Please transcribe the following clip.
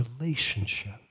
relationship